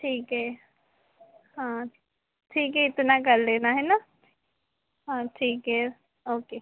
ठीक है हाँ ठीक है इतना कर लेना है ना हाँ ठीक है ओके